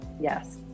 Yes